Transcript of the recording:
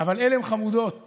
ועלם חמודות